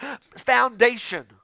foundation